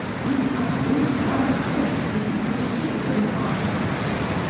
he has no further claim to be considered as an artist.